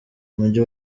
umujyi